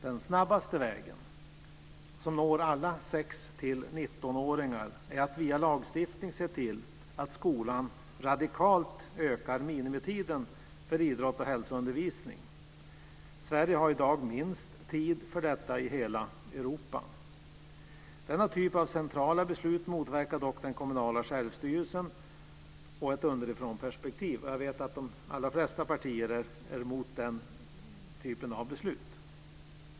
Den snabbaste vägen som når alla som är 6-19 år är att via lagstiftning se till att skolan radikalt ökar minimitiden för idrott och hälsoundervisning. Sverige har i dag minst tid för detta i hela Europa. Denna typ av centrala beslut motverkar dock den kommunala självstyrelsen och ett underifrånperspektiv. Jag vet att de allra flesta partier är emot den typen av beslut.